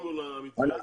הסכמנו על המתווה הזה.